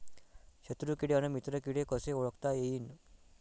शत्रु किडे अन मित्र किडे कसे ओळखता येईन?